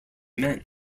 men